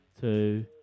Two